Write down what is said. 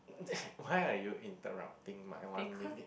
why are you interrupting my one minute